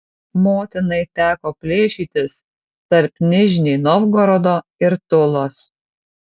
motinai teko plėšytis tarp nižnij novgorodo ir tulos